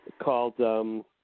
called –